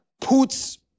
puts